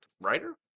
Writer